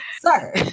sir